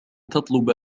تطلب